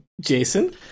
Jason